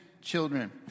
children